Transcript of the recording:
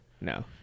No